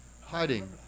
Hiding